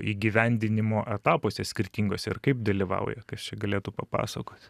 įgyvendinimo etapuose skirtingose ir kaip dalyvauja kas čia galėtų papasakoti